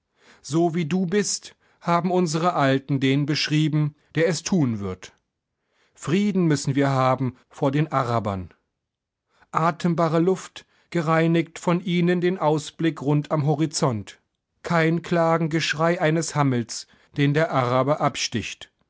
so wie du bist haben unsere alten den beschrieben der es tun wird frieden müssen wir haben von den arabern atembare luft gereinigt von ihnen den ausblick rund am horizont kein klagegeschrei eines hammels den der araber absticht